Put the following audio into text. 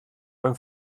beim